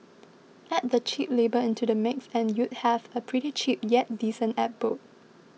add the cheap labour into the mix and you'd have a pretty cheap yet decent abode